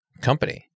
company